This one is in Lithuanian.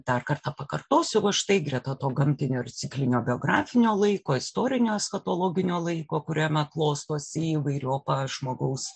dar kartą pakartosiu o štai greta to gamtinio ciklinio biografinio laiko istorinio eschatologinio laiko kuriame klostosi įvairiopa žmogaus